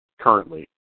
currently